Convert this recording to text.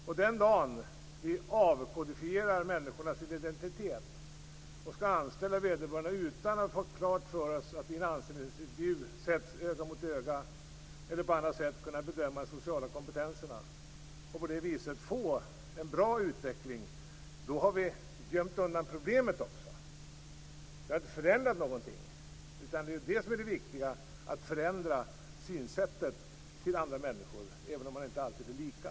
Den dagen vi för att få en bra utveckling avkodifierar människornas identitet och skall anställa någon utan att ha setts öga mot öga vid en anställningsintervju eller på annat sätt kunnat bedöma den sociala kompetensen så har vi också gömt undan problemet. Vi har inte förändrat någonting, och det viktiga är att förändra synsättet på andra människor, även om man inte alltid är lika.